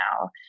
now